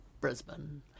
Brisbane